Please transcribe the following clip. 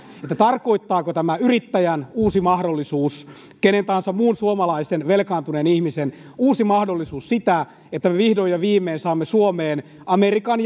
tarkoittaako tämä yrittäjän uusi mahdollisuus kenen tahansa muun suomalaisen velkaantuneen ihmisen uusi mahdollisuus sitä että me vihdoin ja viimein saamme suomeen amerikan